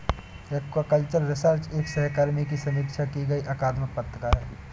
aquaculture research एक सहकर्मी की समीक्षा की गई अकादमिक पत्रिका है